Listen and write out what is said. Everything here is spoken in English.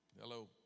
Hello